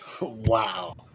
wow